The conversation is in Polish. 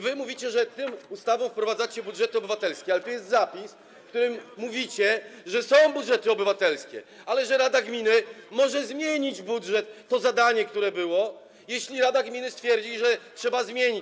Wy mówicie, że tą ustawą wprowadzacie budżety obywatelskie, ale tu jest zapis, w którym mówicie, że są budżety obywatelskie, że rada gminy może zmienić budżet - to zadanie, które było - jeśli stwierdzi, że trzeba go zmienić.